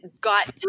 got